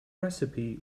recipe